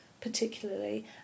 particularly